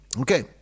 Okay